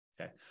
Okay